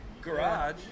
garage